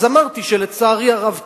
אז אמרתי שלצערי הרב כן,